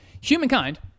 Humankind